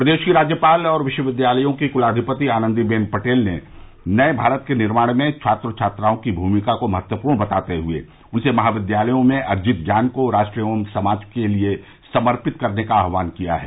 प्रदेश की राज्यपाल और विश्वविद्यालयों की कुलाधिपति आनंदी बेन पटेल ने नए भारत के निर्माण में छात्र छात्राओं की भूमिका को महत्वपूर्ण बताते हुए उनसे महाविद्यालयों में अर्जित ज्ञान को राष्ट्र एवं समाज के लिए समर्पित करने का आह्वान किया है